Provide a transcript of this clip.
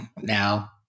now